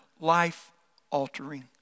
life-altering